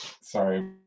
Sorry